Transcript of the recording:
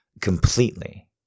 completely